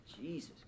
Jesus